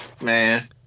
man